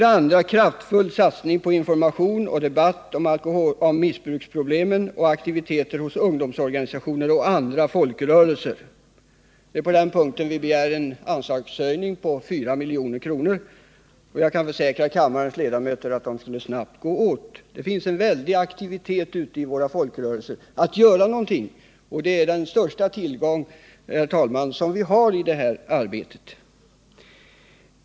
Vi vill få en kraftfull satsning på information och debatt om missbruksproblemen och på aktiviteter i ungdomsorganisationer och folkrörelser. På denna punkt begär vi en anslagshöjning på 4 milj.kr. Jag kan försäkra kammarens ledamöter att dessa pengar snabbt skulle gå åt. Det finns en mycket stor vilja inom våra folkrörelser att göra någonting, och det är den största tillgång, herr talman, som vi har i detta arbete. 3.